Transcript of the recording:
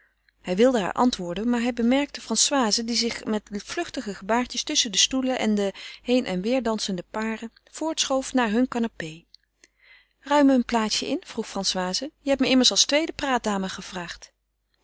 hij wilde haar antwoorden maar hij bemerkte françoise die zich met vluchtige gebaartjes tusschen de stoelen en de heen en weêr dansende paren voortschoof naar hun canapé ruim me een plaatsje in vroeg françoise je hebt me immers als tweede praatdame gevraagd